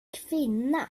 kvinna